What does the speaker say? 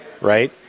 Right